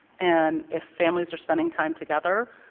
and if families are spending time together,